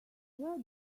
where